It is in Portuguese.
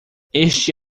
este